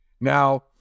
now